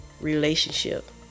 relationship